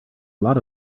lot